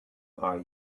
are